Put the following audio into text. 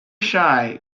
shy